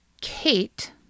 Kate